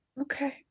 okay